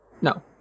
No